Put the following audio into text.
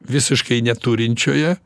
visiškai neturinčioje